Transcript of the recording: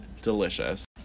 delicious